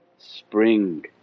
Spring